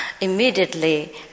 immediately